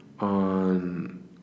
on